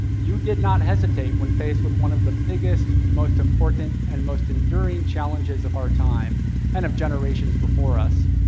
you did not hesitate when faced with one of the biggest, most important, and most enduring challenges of our time and of generations before us,